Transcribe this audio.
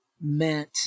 meant